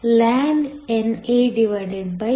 ಆದ್ದರಿಂದ EFp EFikTlnNANi